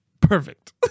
perfect